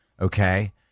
Okay